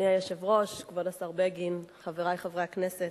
אדוני היושב-ראש, כבוד השר בגין, חברי חברי הכנסת,